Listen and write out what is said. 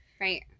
Right